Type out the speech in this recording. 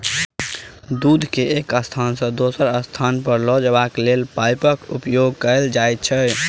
दूध के एक स्थान सॅ दोसर स्थान ल जयबाक लेल पाइपक उपयोग कयल जाइत छै